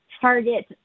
Target